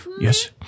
Yes